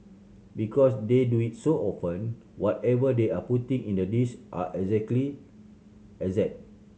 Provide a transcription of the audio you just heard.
because they do it so often whatever they are putting in the dish are exactly exact